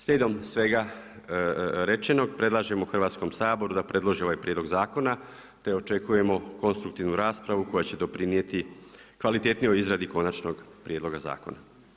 Slijedom svega rečeno, predlažem Hrvatskom saboru, da predloži ovaj prijedlog zakona, te očekujemo konstruktivnu raspravu koja će doprinijeti kvalitetniju izradi konačnog prijedloga zakona.